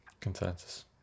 consensus